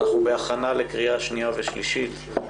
התשפ"א-2020, הכנה לקריאה שנייה ושלישית.